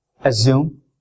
Assume